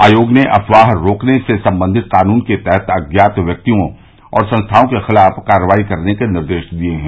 आयोग ने अफवाह रोकने से संबंधित कानून के तहत अज्ञात व्यक्तियों और संस्थाओं के खिलाफ कार्रवाई करने का निर्देश दिया है